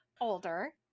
older